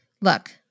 Look